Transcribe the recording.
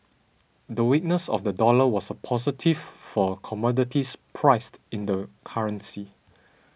the weakness of the dollar was a positive for commodities priced in the currency